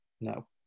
no